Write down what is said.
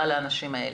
תודה לאנשים האלה.